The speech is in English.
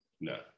No